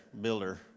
builder